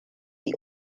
die